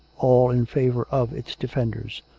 all in favour of its defenders.